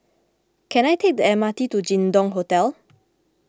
can I take the M R T to Jin Dong Hotel